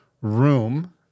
room